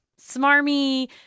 Smarmy